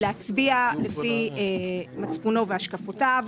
להצביע על פי מצפונו והשקפותיו,